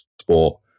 sport